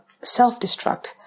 self-destruct